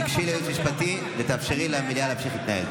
תיגשי לייעוץ משפטי ותאפשרי למליאה להמשיך להתנהל,